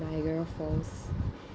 niagara falls